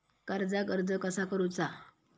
कर्जाक अर्ज कसा करुचा?